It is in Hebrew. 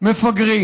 מפגרים